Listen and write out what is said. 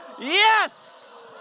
Yes